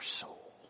soul